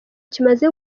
kimaze